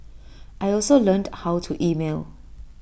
I also learned how to email